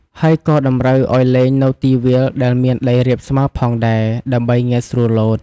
ហើយក៏តម្រូវអោយលេងនៅទីវាលដែលមានដីរាបស្មើផងដែរ ដើម្បីងាយស្រួលលោត។